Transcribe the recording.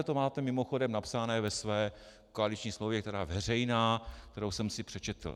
Takhle to máte mimochodem napsané ve své koaliční smlouvě, která je veřejná, kterou jsem si přečetl.